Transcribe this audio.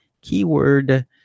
keyword